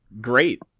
great